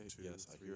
Yes